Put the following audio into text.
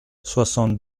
soixante